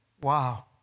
Wow